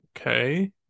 okay